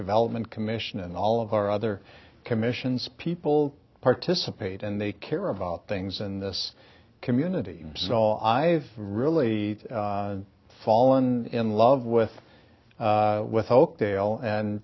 development commission and all of our other commissions people participate and they care about things in this community so i've really fallen in love with with oakdale and